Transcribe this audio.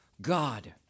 God